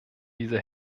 dieser